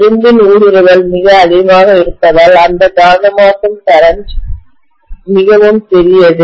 இரும்பின் ஊடுருவல் மிக அதிகமாக இருப்பதால் அந்த காந்தமாக்கும் கரண்ட் மின்னோட்டம் மிகவும் சிறியது